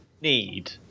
need